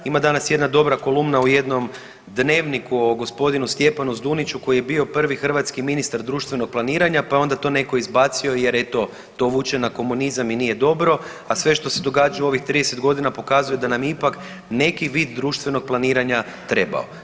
Ima danas jedna dobra kolumna u jednom dnevniku o g. Stjepanu Zduniću koji je bio prvi hrvatski ministar društvenog planiranja, pa je onda to netko izbacio jer eto to vuče na komunizam i nije dobro, a sve što se događa u ovih 30.g. pokazuje da nam je ipak neki vid društvenog planiranja trebao.